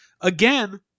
again